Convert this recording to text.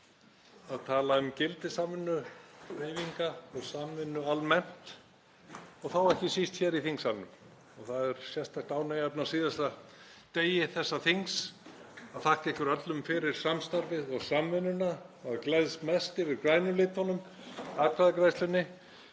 að tala um gildi samvinnuhreyfinga og samvinnu almennt og þá ekki síst hér í þingsalnum. Það er sérstakt ánægjuefni á síðasta degi þessa þings að þakka ykkur öllum fyrir samstarfið og samvinnuna. Maður gleðst mest yfir grænu litunum í atkvæðagreiðslunni